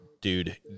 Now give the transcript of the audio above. Dude